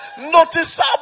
noticeable